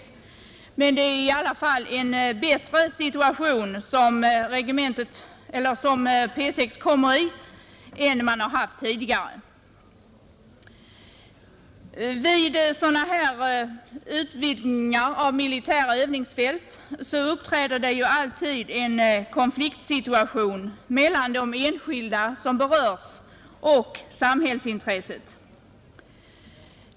Men regementet hamnar i alla fall i en bättre situation än tidigare. Vid sådana här utvidgningar av militära övningsfält uppträder alltid en konfliktsituation mellan de enskilda som berörs och samhällsintresset.